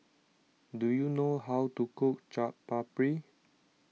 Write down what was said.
do you know how to cook Chaat Papri